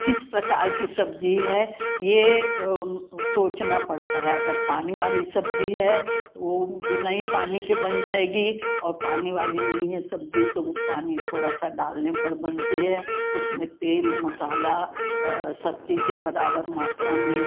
किस प्रकार की सब्जी है ये सोचना पड़ता है अगर पानी वाली सब्जी है वो बिना ही पानी के बन जाएगी और पानी वाली नही है सब्जी तो वो पानी थोड़ा सा डालने पर बनती है उसमें तेल मसाला सब चीज़ें बराबर मात्रा में